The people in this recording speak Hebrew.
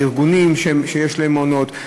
הארגונים שיש להם מעונות,